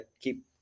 keep